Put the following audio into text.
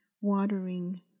watering